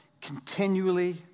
continually